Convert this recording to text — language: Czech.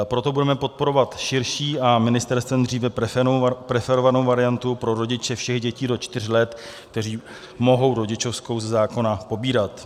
Proto budeme podporovat širší a ministerstvem dříve preferovanou variantu pro rodiče všech dětí do čtyř let, kteří mohou rodičovskou ze zákona pobírat.